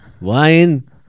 Wine